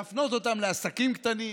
להפנות אותם לעסקים קטנים.